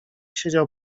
siedział